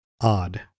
odd